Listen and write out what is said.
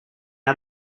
out